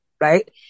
Right